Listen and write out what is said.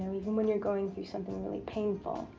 um even when you're going through something really painful.